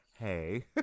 Hey